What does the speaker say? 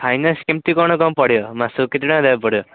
finance କେମିତି କ'ଣ ପଡ଼ିବ ମାସକୁ କେତେ ଟଙ୍କା ଦେବାକୁ ପଡ଼ିବ